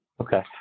Okay